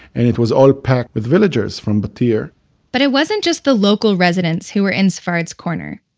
and it was all packed with villagers from battir but it wasn't just the local residents who were in sfard's corner.